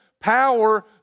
Power